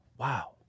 Wow